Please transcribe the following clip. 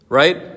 right